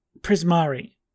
Prismari